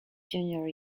junior